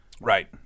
Right